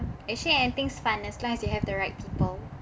actually anything is fun as long as you have the right people